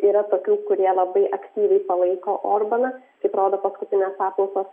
yra tokių kurie labai aktyviai palaiko orbaną kaip rodo paskutinės apklausos